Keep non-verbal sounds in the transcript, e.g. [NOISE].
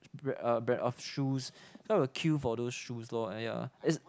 [NOISE] brand of shoes so I will queue for those shoes lor ya is